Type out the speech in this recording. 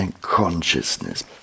consciousness